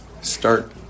start